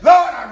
Lord